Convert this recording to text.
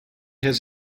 has